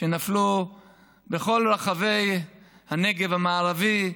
שנפלו בכל רחבי הנגב המערבי,